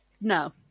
No